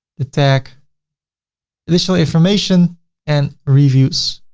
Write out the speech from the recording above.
the tag, additionally information and reviews.